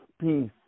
peace